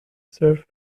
serf